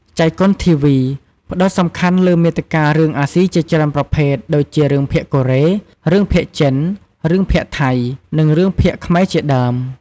ចៃកុនធីវី (jaikonTV) ផ្ដោតសំខាន់លើ មាតិការឿងអាស៊ីជាច្រើនប្រភេទ ដូចជារឿងភាគកូរ៉េ រឿងភាគចិន រឿងភាគថៃ និងរឿងភាគខ្មែរជាដើម។